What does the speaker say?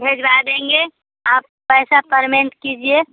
भेजवा देंगे आप पैसा परमेंट कीजिए